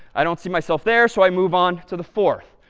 i don't see myself there so i move on to the fourth.